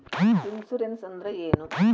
Insurance ಅಂದ್ರ ಏನು?